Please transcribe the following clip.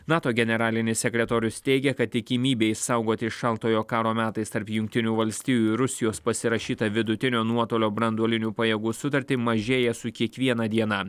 nato generalinis sekretorius teigia kad tikimybė išsaugoti šaltojo karo metais tarp jungtinių valstijų ir rusijos pasirašytą vidutinio nuotolio branduolinių pajėgų sutartį mažėja su kiekviena diena